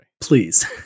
Please